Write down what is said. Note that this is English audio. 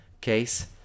case